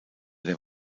der